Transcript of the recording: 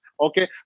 okay